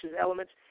elements